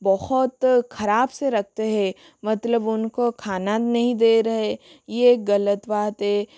बहुत ख़राब से रखते हे मतलब उनको खाना नहीं दे रहे यह गलत बात है